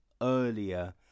earlier